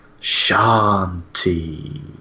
Shanti